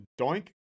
DOINK